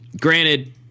Granted